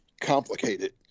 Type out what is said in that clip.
complicated